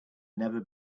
never